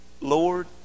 Lord